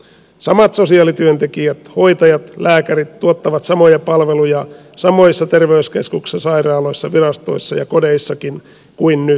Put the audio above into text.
samat sosiaalityöntekijät hoitajat lääkärit tuottavat samoja palveluja samoissa terveyskeskuksissa sairaaloissa virastoissa ja kodeissakin kuin nyt